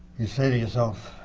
you say to yourself,